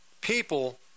people